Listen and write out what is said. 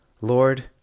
Lord